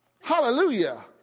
Hallelujah